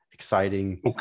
Exciting